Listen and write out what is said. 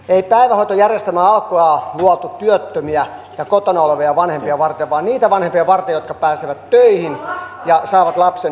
ei päivähoitojärjestelmää alkujaan luotu työttömiä ja kotona olevia vanhempia varten vaan niitä vanhempia varten jotka pääsevät töihin ja saavat lapsen hoitoon